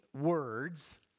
words